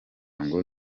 ngo